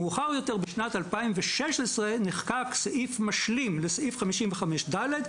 מאוחר יותר בשנת 2016 נחקק סעיף משלים לסעיף 55ד',